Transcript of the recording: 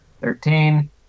Thirteen